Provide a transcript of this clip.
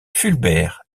fulbert